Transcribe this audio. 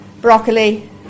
broccoli